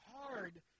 hard